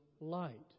light